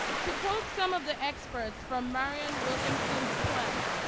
to quote some of the experts from marianne williamson's poem,